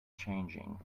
changing